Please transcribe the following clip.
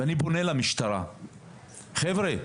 ואני פונה למשטרה, חבר'ה,